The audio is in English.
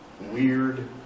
weird